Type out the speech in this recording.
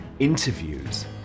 interviews